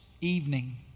evening